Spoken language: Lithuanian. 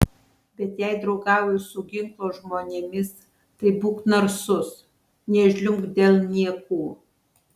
bet jei draugauji su ginklo žmonėmis tai būk narsus nežliumbk dėl niekų